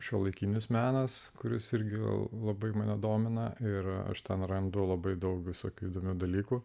šiuolaikinis menas kuris irgi labai mane domina ir aš ten randu labai daug visokių įdomių dalykų